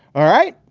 all right.